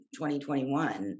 2021